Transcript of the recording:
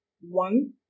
One